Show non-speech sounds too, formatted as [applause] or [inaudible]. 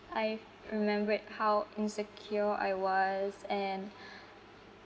I remembered how insecure I was and [breath]